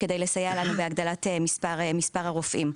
כדי לסייע לנו בהגדלת מספר הרופאים.